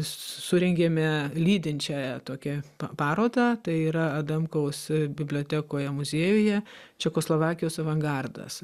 surengėme lydinčiąją tokią parodą tai yra adamkaus bibliotekoje muziejuje čekoslovakijos avangardas